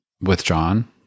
withdrawn